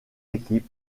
équipes